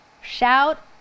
Shout